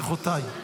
ברכותיי.